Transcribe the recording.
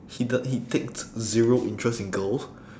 he does~ he takes zero interest in girls